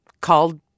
called